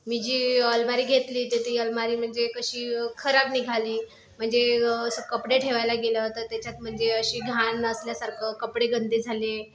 मी जी अलमारी घेतली तर ती अलमारी म्हणजे कशी खराब निघाली म्हणजे असं कपडे ठेवायला गेलं तर त्याच्यात म्हणजे अशी घाण असल्यासारखं कपडे गंदे झाले